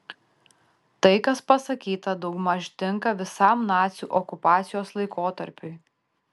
tai kas pasakyta daugmaž tinka visam nacių okupacijos laikotarpiui